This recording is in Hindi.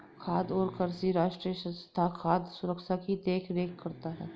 खाद्य और कृषि राष्ट्रीय संस्थान खाद्य सुरक्षा की देख रेख करता है